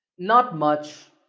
not much.